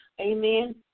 amen